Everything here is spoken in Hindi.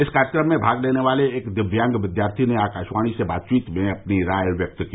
इस कार्यक्रम में भाग लेने वाले एक दिव्यांग विद्यार्थी ने आकाशवाणी से बातचीत में अपनी राय व्यक्त की